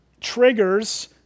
triggers